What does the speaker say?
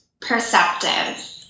perceptive